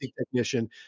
technician